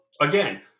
again